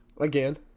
Again